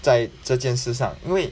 在这件事上因为